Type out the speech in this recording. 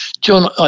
John